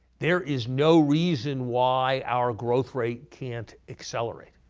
there is no reason why our growth rate can't accelerate.